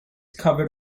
covered